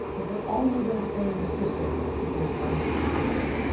but they're only going to stay in the system if there's money to support them.